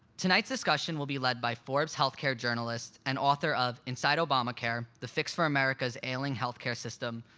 tonight's discussion will be led by forbes health care journalist and author of inside obamacare the fix for america's ailing health care system,